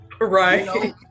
right